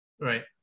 Right